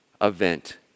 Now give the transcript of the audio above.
event